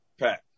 Pat